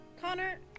Connor